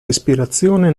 respirazione